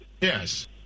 Yes